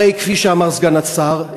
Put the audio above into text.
הרי כפי שאמר סגן השר,